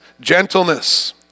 gentleness